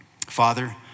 Father